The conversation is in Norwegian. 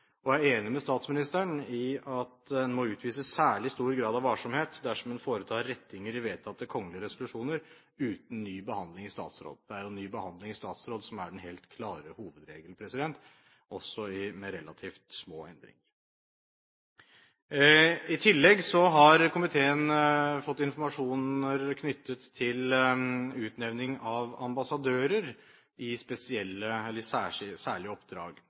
vilje, og er enig med statsministeren i at en må utvise særlig stor grad av varsomhet dersom en foretar rettinger i vedtatte kgl. resolusjoner uten ny behandling i statsråd. Det er jo ny behandling i statsråd som er den helt klare hovedregel, også ved relativt små endringer. I tillegg har komiteen fått informasjoner knyttet til utnevning av ambassadører i særlige oppdrag.